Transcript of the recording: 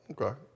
Okay